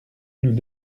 nous